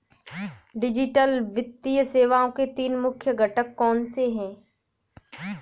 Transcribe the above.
digital वित्तीय सेवाओं के तीन मुख्य घटक कौनसे हैं